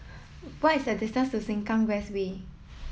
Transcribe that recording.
what is the distance to Sengkang West Way